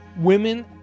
women